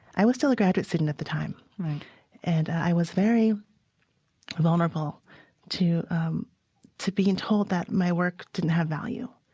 i was still a graduate student at the time and i was very vulnerable to to being told that my work didn't have value.